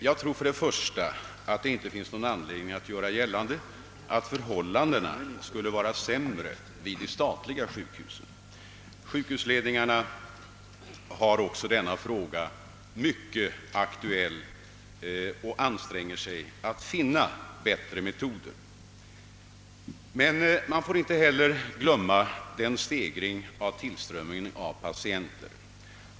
Jag tror inte att man kan göra gällande att förhållandena skulle vara sämre vid de statliga sjukhusen. Denna fråga är mycket aktuell för sjukhusledningarna, och de anstränger sig för att finna bättre metoder. Man får emellertid inte glömma stegringen i tillströmningen av patienter.